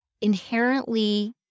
inherently